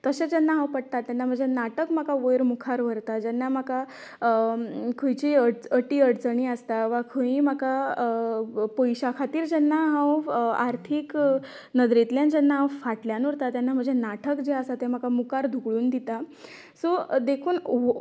तशें जेन्ना हांव पडटा तेन्ना म्हजें नाटक म्हाका वयर मुखार व्हरता जेन्ना म्हाका खंयचीय अड अटी अडचणी आसता वा खंय म्हाका पयशां खातीर जेन्ना हांव आर्थिक नदरेंतल्यान जेन्ना हांव फाटल्यान उरता तेन्ना म्हजें नाटक जे आसा ते म्हाका मुखार धुकलून दिता सो देखून